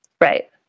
Right